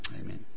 Amen